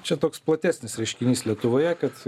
čia toks platesnis reiškinys lietuvoje kad